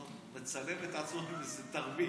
הוא מצלם את עצמו עם איזה תרמיל.